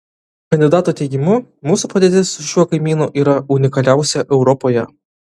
kandidato teigimu mūsų padėtis su šiuo kaimynu yra unikaliausia europoje